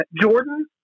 Jordan